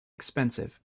expensive